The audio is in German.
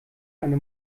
eine